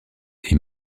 est